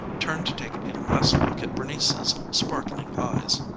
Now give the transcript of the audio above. turned to take a last look at bernice's sparkling eyes.